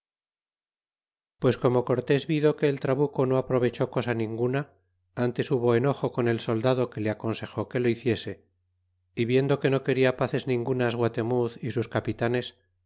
pues como cortés vido que el trabuco no aprovechó cosa ninguna antes hubo enojo con el soldado que le aconsejó que lo hiciese y viendo que no quería paces ningunas gua temuz y sus capitanes